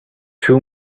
two